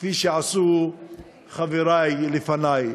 כפי שעשו חברי לפני,